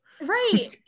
Right